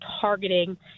targeting